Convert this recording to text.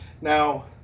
Now